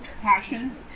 passion